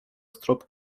strop